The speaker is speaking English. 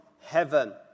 heaven